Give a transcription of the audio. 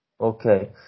Okay